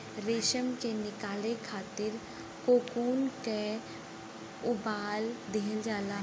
रेशम के निकाले खातिर कोकून के उबाल दिहल जाला